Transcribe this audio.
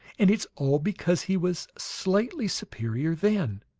and it's all because he was slightly superior, then.